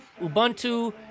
Ubuntu